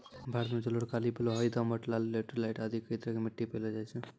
भारत मॅ जलोढ़, काली, बलुआही, दोमट, लाल, लैटराइट आदि कई तरह के मिट्टी पैलो जाय छै